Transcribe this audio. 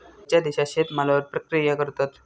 खयच्या देशात शेतमालावर प्रक्रिया करतत?